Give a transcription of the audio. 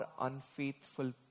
unfaithful